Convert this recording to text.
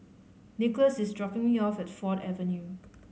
Nicholaus is dropping me off at Ford Avenue